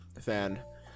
fan